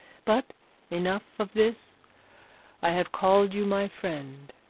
but enough of this i have called you my friend,